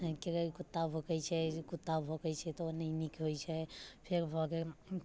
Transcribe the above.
के कुत्ता भूकै छै कुत्ता भूकै छै तऽ ओ नहि नीक होइ छै फेर भऽ गेल